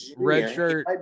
redshirt